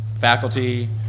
faculty